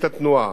ממיתר,